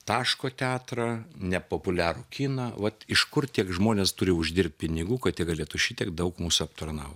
taško teatrą nepopuliarų kiną vat iš kur tie žmonės turi uždirbt pinigų kad jie galėtų šitiek daug mūsų aptarnaut